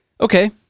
Okay